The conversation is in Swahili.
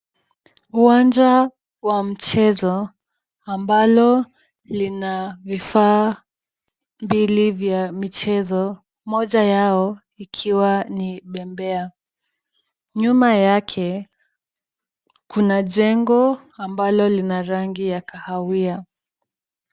Uwanja wa mchezo ambalo lina vifaa mbili vya michezo moja yao ikiwa ni bembea nyuma yake kuna jengo ambalo lina rangi ya kahawia.